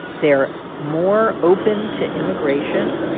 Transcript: they're more open to immigration.